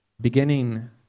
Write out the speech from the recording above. beginning